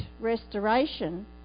restoration